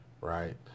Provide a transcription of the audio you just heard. right